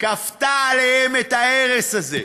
כפתה עליהם את ההרס הזה.